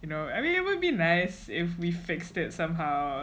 you know I really would be nice if we fixed it somehow